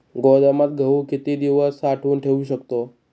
गोदामात गहू किती दिवस साठवून ठेवू शकतो?